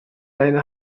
leine